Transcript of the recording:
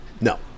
No